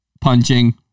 punching